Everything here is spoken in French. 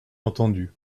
entendu